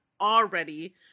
already